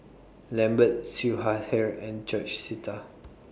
Lambert Siew Shaw Her and George Sita